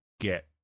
get